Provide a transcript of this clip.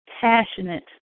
passionate